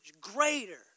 greater